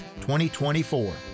2024